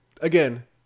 Again